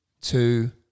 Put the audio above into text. two